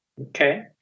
Okay